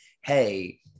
hey